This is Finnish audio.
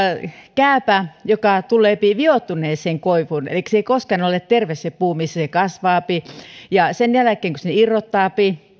kääpä joka tulee vioittuneeseen koivuun elikkä se ei koskaan ole terve puu missä se kasvaa sen jälkeen kun sen irrottaa